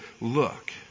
look